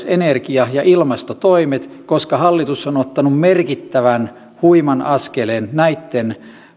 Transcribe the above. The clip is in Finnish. energia ja ilmastotoimet koska hallitus on ottanut merkittävän huiman askeleen näitten